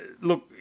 look